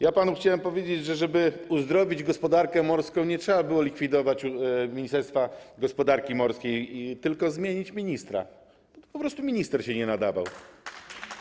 Ja panu chciałem powiedzieć, że żeby uzdrowić gospodarkę morską, nie trzeba było likwidować ministerstwa gospodarki morskiej, tylko zmienić ministra, bo po prostu minister się nie nadawał.